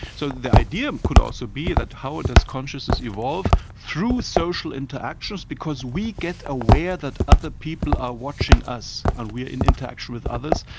so the idea could also be that how ah does consciousness evolve? through social interactions because we get aware that other people are watching us and we are in interaction with others,